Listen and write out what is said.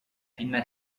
pinna